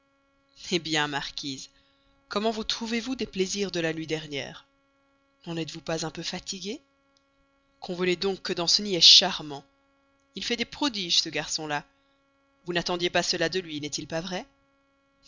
hé bien marquise comment vous trouvez-vous des plaisirs de la nuit dernière n'en êtes-vous pas un peu fatiguée convenez donc que danceny est charmant il fait des prodiges ce garçon-là vous n'attendiez pas cela de lui n'est-il pas vrai